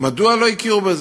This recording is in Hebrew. מדוע לא הכירו בזה?